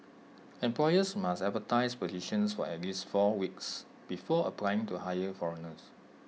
employers must advertise positions for at least four weeks before applying to hire foreigners